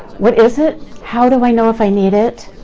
what is it? how do i know if i need it?